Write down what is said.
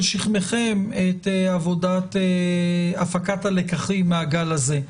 שכמיכם את עבודת הפקת הלקחים מהגל הזה,